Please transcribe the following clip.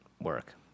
work